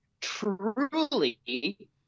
truly